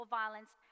violence